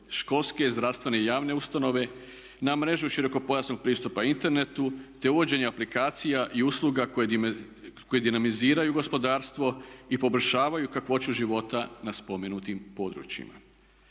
školske, zdravstvene i javne ustanove, na mreži širokopojasnog pristupa internetu te uvođenje aplikacija i usluga koje dinamiziraju gospodarstvo i poboljšavaju kakvoću života na spomenutim područjima.